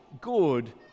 good